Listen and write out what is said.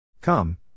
Come